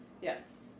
Yes